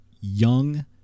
young